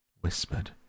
whispered